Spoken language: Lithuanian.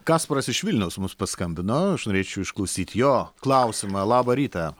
kasparas iš vilniaus mus paskambino aš norėčiau išklausyt jo klausimą labą rytą